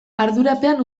ardurapean